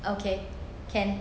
okay can